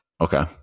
Okay